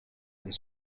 ten